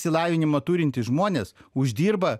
išsilavinimą turintys žmonės uždirba